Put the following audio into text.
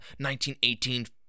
1918